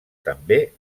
també